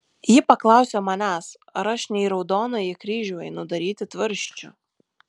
ji paklausė manęs ar aš ne į raudonąjį kryžių einu daryti tvarsčių